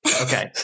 Okay